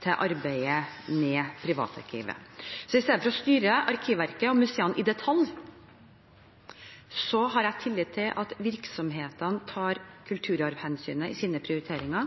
til arbeidet med privatarkivet. Så i stedet for å styre Arkivverket og museene i detalj har jeg tillit til at virksomhetene tar kulturarvhensyn i sine prioriteringer,